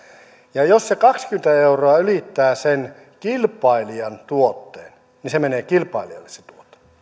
ja jos se kaksikymmentä euroa ylittää sen kilpailijan tuotteen niin se menee kilpailijalle se tuote näin